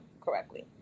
correctly